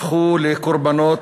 הפכו לקורבנות,